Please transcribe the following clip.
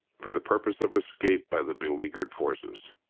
for the purpose of escape by the beleaguered forces.